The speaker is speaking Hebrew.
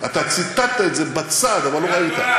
אתה ציטטת את זה בצד ולא ראית,